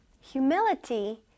humility